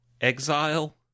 exile